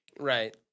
Right